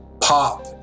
pop